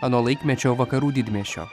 ano laikmečio vakarų didmiesčio